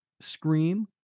Scream